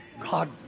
God